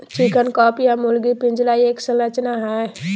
chicken coop या मुर्गी पिंजरा एक संरचना हई,